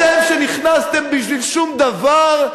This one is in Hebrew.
אתם, שנכנסתם בשביל שום-דבר?